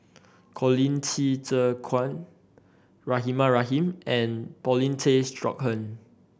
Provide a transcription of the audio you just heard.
Colin Qi Zhe Kuan Rahimah Rahim and Paulin Tay Straughan